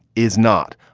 is not.